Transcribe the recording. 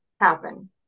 happen